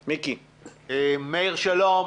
מאיר, שלום.